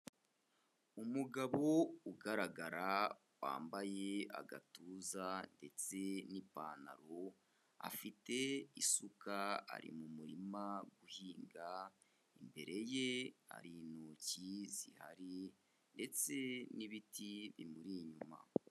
Umugabo ugaragara wambaye agatuza ndetse n'ipantaro afite isuka ari mu murima guhinga, imbere ye hari intoki zihari ndetse n'ibiti bimuri inyuma.